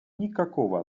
никакого